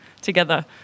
together